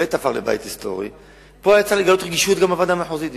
שבאמת הפך לבית היסטורי פה היה צריך לגלות רגישות גם בוועדה המחוזית.